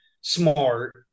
smart